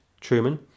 Truman